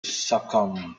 succumb